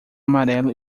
amarelo